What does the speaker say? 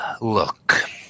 look